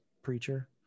preacher